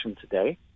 today